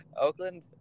Oakland